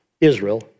Israel